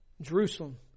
Jerusalem